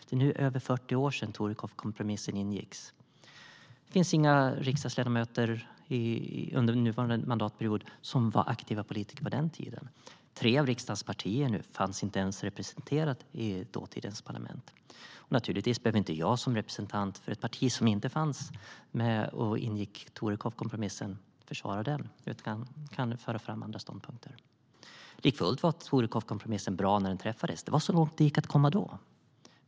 Det är nu över 40 år sedan Torekovkompromissen ingicks. Inga riksdagsledamöter under innevarande mandatperiod var aktiva politiker på den tiden. Tre av riksdagspartierna fanns inte ens representerade i dåtidens parlament. Naturligtvis behöver inte jag som representant för ett parti som inte fanns då och inte ingick i Torekovkompromissen försvara den, utan jag kan föra fram andra ståndpunkter. Likafullt var Torekovkompromissen bra när den träffades. Det var så långt det gick att komma då.